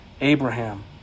Abraham